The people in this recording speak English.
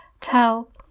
tell